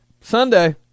Sunday